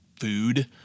food